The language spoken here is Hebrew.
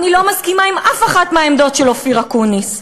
אני לא מסכימה עם אף אחת מהעמדות של אופיר אקוניס,